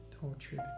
tortured